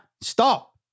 stop